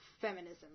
feminism